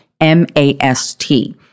M-A-S-T